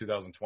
2020